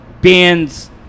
bands